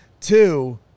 Two